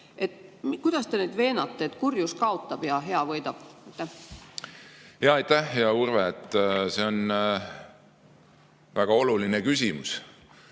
kuidas te neid veenate, et kurjus kaotab ja hea võidab? Aitäh, hea Urve! See on väga oluline küsimus.